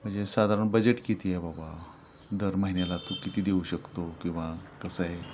म्हणजे साधारण बजेट किती आहे बाबा दर महिन्याला तू किती देऊ शकतो किंवा कसं आहे